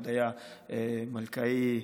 הודיה מלכאי,